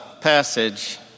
passage